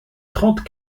trente